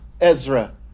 Ezra